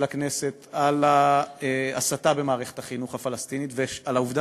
הכנסת על ההסתה במערכת החינוך הפלסטינית ועל העובדה